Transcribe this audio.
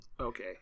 okay